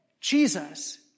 Jesus